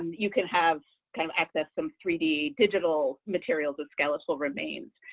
you can have, kind of access some three d digital materials of skeletal remains.